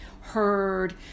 heard